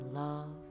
love